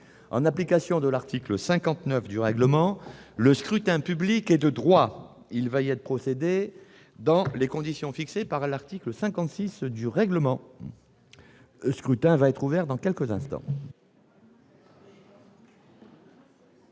En application de l'article 59 du règlement, le scrutin public ordinaire est de droit. Il va y être procédé dans les conditions fixées par l'article 56 du règlement. Le scrutin est ouvert. Personne ne demande